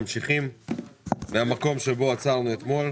אנחנו ממשיכים מהמקום שבו עצרנו אתמול.